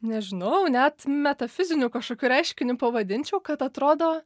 nežinau net metafiziniu kažkokiu reiškiniu pavadinčiau kad atrodo